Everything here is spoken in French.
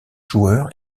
joueur